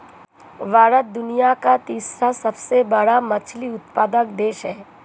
भारत दुनिया का तीसरा सबसे बड़ा मछली उत्पादक देश है